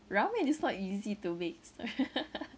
ramen is not easy to make so